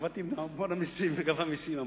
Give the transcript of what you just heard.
עבדתי המון באגף המסים.